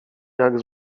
jak